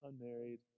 unmarried